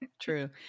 True